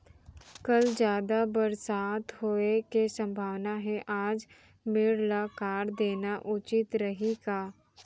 कल जादा बरसात होये के सम्भावना हे, आज मेड़ ल काट देना उचित रही का?